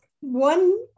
one